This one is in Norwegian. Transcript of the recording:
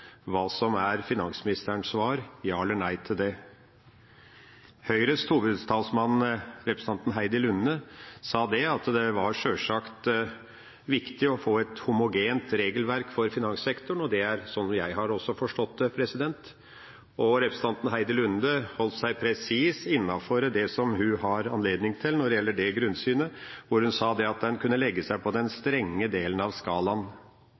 få høre om finansministerens svar er ja eller nei til det. Høyres hovedtalsmann, representanten Heidi Nordby Lunde, sa at det sjølsagt er viktig å få et homogent regelverk for finanssektoren, og sånn har jeg også forstått det. Og representanten Heidi Nordby Lunde holdt seg presist innenfor det hun har anledning til når det gjelder det grunnsynet, og sa at en kunne legge seg på den strenge delen av